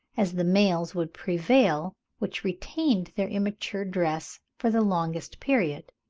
as the males would prevail, which retained their immature dress for the longest period,